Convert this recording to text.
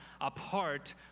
apart